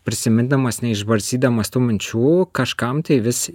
prisimindamas neišbarstydamas tų minčių kažkam tai vis